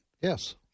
Yes